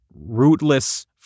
rootless